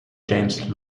james